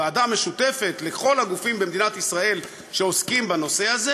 ועדה משותפת לכל הגופים במדינת ישראל שעוסקים בנושא הזה: